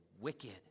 wicked